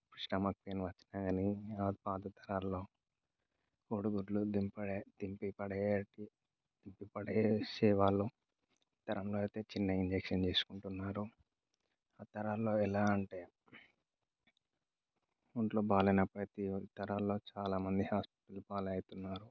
stomach pain వచ్చినా కానీ పాత కాలంలో కోడిగుడ్లు దింపపడే దింపిపడే దింపి పడేసేవాళ్ళు ఈ తరంలో అయితే చిన్న ఇంజక్షన్ తీసుకుంటున్నారు పాత తరాల్లో ఎలా అంటే ఒంట్లో బాగా లేనప్పుడు అయితే ఈ తరాల్లో చాలామంది హాస్పిటల్ పాలు అవుతున్నారు